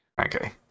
Okay